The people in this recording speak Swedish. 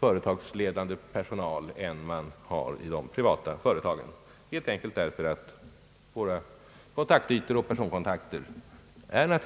företagsledande personal än de privata företagen har, helt enkelt därför att våra kontaktytor är mindre och personkontakterna färre.